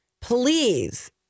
please